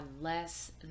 less